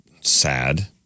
sad